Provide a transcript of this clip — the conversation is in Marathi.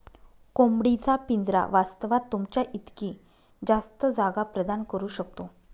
कोंबडी चा पिंजरा वास्तवात, तुमच्या इतकी जास्त जागा प्रदान करू शकतो